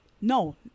no